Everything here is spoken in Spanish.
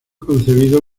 concebido